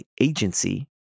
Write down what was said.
agency